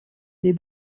des